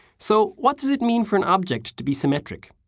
so, what does it mean for an object to be symmetric?